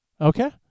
okay